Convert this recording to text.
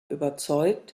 überzeugt